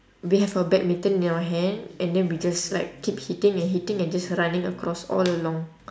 we have a badminton in our hand and then we just like keep hitting and hitting and just running across all along